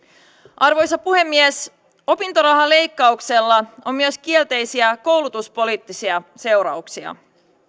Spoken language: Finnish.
arvoisa puhemies opintorahan leikkauksella on myös kielteisiä koulutuspoliittisia seurauksia